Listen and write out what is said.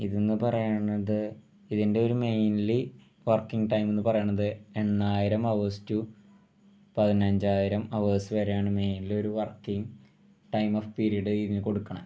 ഇതെന്ന് പറയുന്നത് ഇതിൻ്റെ ഒരു മെയിൻലി വർക്കിങ്ങ് ടൈം എന്ന് പറയുന്നത് എണ്ണായിരം അവേഴ്സ് ടു പതിനഞ്ചായിരം അവേഴ്സ് വരെയാണ് മെയിൻലി ഒരു വർക്കിങ്ങ് ടൈം ഓഫ് പീരീഡ് ഇതിന് കൊടുക്കുക